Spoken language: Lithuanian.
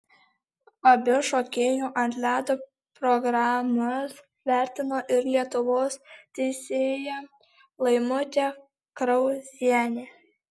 abi šokėjų ant ledo programas vertino ir lietuvos teisėja laimutė krauzienė